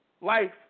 Life